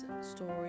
story